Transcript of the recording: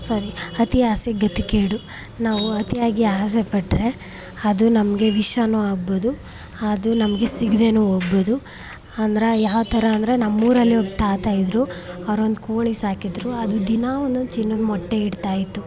ಸಾರಿ ಅತಿ ಆಸೆ ಗತಿ ಕೇಡು ನಾವು ಅತಿಯಾಗಿ ಆಸೆಪಟ್ಟರೆ ಅದು ನಮಗೆ ವಿಷನು ಆಗ್ಬೋದು ಅದು ನಮಗೆ ಸಿಗದೇನು ಹೋಗ್ಬೋದು ಅಂದ್ರೆ ಯಾವ ಥರ ಅಂದ್ರೆ ನಮ್ಮೂರಲ್ಲಿ ಒಬ್ಬ ತಾತ ಇದ್ದರು ಅವ್ರು ಒಂದು ಕೋಳಿ ಸಾಕಿದ್ದರು ಅದು ದಿನಾ ಒಂದೊಂದು ಚಿನ್ನದ ಮೊಟ್ಟೆ ಇಡ್ತಾ ಇತ್ತು